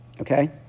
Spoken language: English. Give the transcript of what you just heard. okay